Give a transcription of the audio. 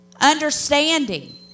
understanding